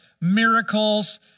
miracles